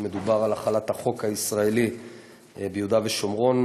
כשמדובר על החלת החוק הישראלי ביהודה ושומרון,